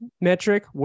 metric